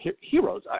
heroes